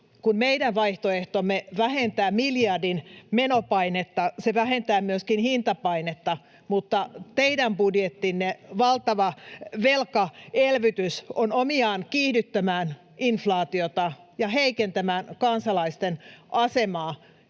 Kun meidän vaihtoehtomme vähentää miljardin menopainetta, se vähentää myöskin hintapainetta, mutta teidän budjettinne valtava velkaelvytys on omiaan kiihdyttämään inflaatiota ja heikentämään kansalaisten asemaa.